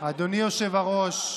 אדוני היושב-ראש.